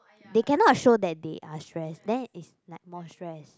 they cannot show that they are stress then it's like more stress